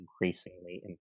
increasingly